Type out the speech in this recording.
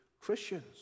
Christians